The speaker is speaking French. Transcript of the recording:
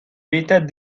l’état